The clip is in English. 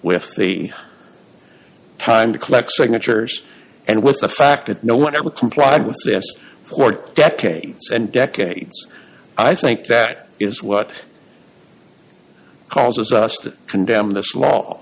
with the time to collect signatures and with the fact that no one ever complied with this for decades and decades i think that is what causes us to condemn this law